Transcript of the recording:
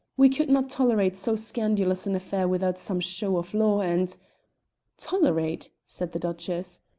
we could not tolerate so scandalous an affair without some show of law and tolerate! said the duchess.